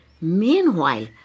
Meanwhile